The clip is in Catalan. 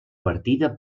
partida